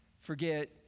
forget